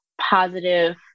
positive